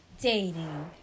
dating